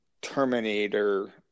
Terminator